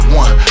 one